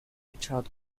richard